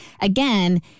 again